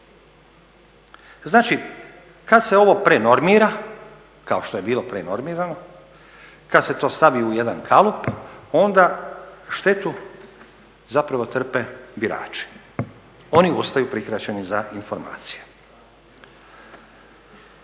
Znači kada se ovo prenormira kao što je bilo prenormirano kada se to stavi u jedan kalup onda štetu trpe birači, oni ostaju prikraćeni za informacije.